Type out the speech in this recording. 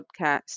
podcast